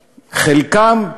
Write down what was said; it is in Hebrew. חלקם,